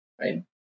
Right